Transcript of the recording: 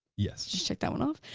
yes. just checked that one off,